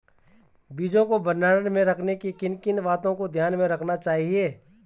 बीजों को भंडारण में रखने पर किन किन बातों को ध्यान में रखना चाहिए?